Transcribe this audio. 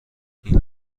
این